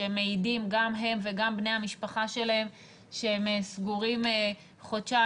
שמעידים גם הם וגם בני המשפחה שלהם שהם סגורים חודשיים